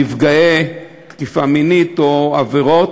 לנפגעי תקיפה מינית, או עבירות,